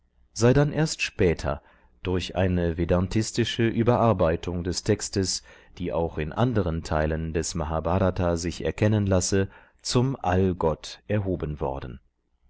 sei dann erst später durch eine vedntistische überarbeitung des textes die auch in anderen teilen des mahbhrata sich erkennen lasse zum allgott erhoben worden